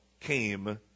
came